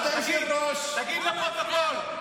תגיד לפרוטוקול.